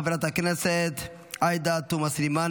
חברת הכנסת עאידה תומא סלימאן,